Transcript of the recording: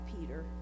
Peter